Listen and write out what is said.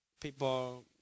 people